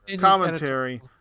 Commentary